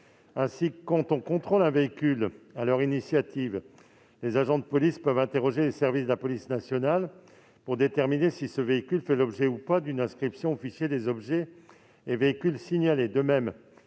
Ainsi, lors du contrôle d'un véhicule sur leur initiative, ils peuvent interroger les services de la police nationale pour déterminer si ce véhicule fait l'objet d'une inscription au fichier des objets et véhicules signalés.